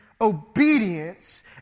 obedience